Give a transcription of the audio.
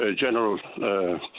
general